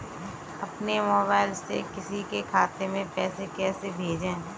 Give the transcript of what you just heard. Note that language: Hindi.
अपने मोबाइल से किसी के खाते में पैसे कैसे भेजें?